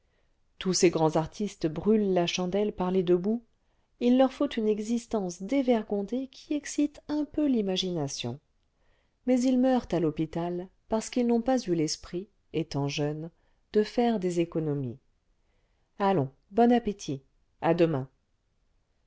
tous ces grands artistes brûlent la chandelle par les deux bouts il leur faut une existence dévergondée qui excite un peu l'imagination mais ils meurent à l'hôpital parce qu'ils n'ont pas eu l'esprit étant jeunes de faire des économies allons bon appétit à demain